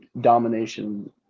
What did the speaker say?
domination